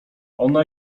ona